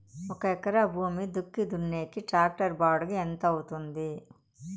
ఒక ఎకరా భూమి దుక్కి దున్నేకి టాక్టర్ బాడుగ ఎంత అవుతుంది?